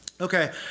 Okay